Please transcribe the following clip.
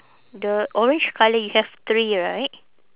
the orange colour you have three right